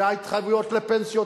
זה ההתחייבויות לפנסיות,